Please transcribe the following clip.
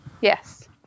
Yes